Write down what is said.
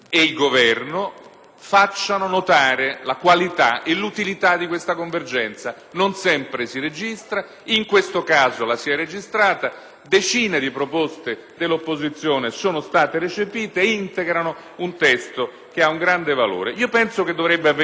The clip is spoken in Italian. facessero notare la qualità e l'utilità di questa convergenza, che non sempre si registra. In questo caso si è registrata: decine di proposte dell'opposizione sono state recepite e integrano un testo che ha un grande valore. Penso che ciò dovrebbe avvenire sempre